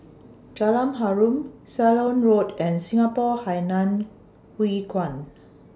Jalan Harum Ceylon Road and Singapore Hainan Hwee Kuan